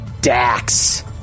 Dax